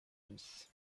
unis